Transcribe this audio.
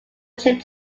trip